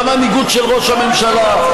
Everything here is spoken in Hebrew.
במנהיגות של ראש הממשלה,